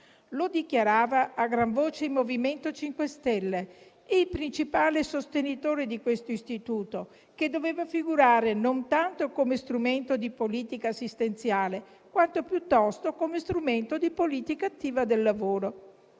di trovare un lavoro. Il MoVimento 5 Stelle, il principale sostenitore di questo istituto, dichiarava a gran voce che doveva figurare non tanto come strumento di politica assistenziale, quanto piuttosto come strumento di politica attiva del lavoro.